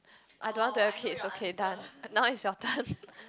I don't want to have kids okay done now is your turn